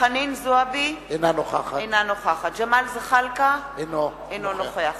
חנין זועבי, אינה נוכחת ג'מאל זחאלקה, אינו נוכח